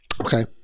Okay